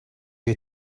you